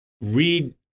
read